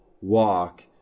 walk